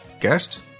guest